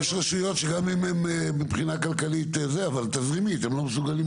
יש רשויות שגם אם מבחינה כלכלית הן יכולות